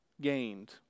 gained